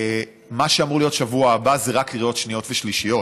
מה שאמור להיות בשבוע הבא זה רק קריאות שניות ושלישיות.